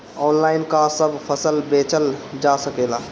Online का सब फसल बेचल जा सकेला?